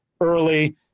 early